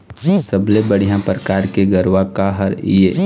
सबले बढ़िया परकार के गरवा का हर ये?